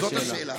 זו השאלה.